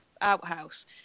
outhouse